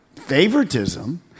favoritism